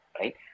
right